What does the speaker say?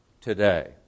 today